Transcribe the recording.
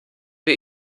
wir